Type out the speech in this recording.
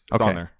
Okay